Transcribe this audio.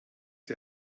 die